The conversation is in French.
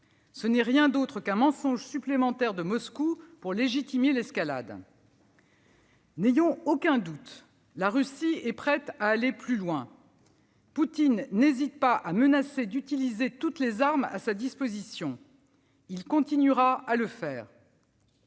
Ce n'est rien d'autre qu'un mensonge supplémentaire de Moscou pour légitimer l'escalade. N'ayons aucun doute : la Russie est prête à aller plus loin. Poutine n'hésite pas à menacer d'utiliser toutes les armes à sa disposition. Il continuera à le faire.